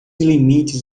limites